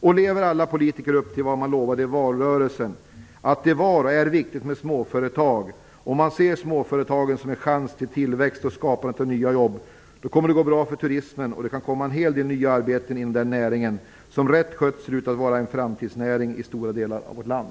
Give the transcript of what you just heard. Om alla politiker lever upp till vad de lovade i valrörelsen, dvs. att det var och är viktigt med småföretag, och om man ser småföretagen som en chans till tillväxt och skapandet av nya jobb kommer det att gå bra för turismen, och det kan komma en hel del nya arbeten inom den näringen - som rätt skött ser ut att vara en framtidsnäring i stora delar av vårt land.